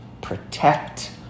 protect